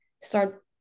start